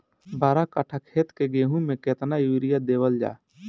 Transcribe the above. बारह कट्ठा खेत के गेहूं में केतना यूरिया देवल जा?